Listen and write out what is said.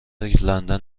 لندن